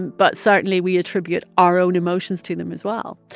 but certainly, we attribute our own emotions to them, as well.